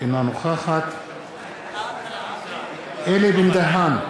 אינה נוכחת אלי בן-דהן,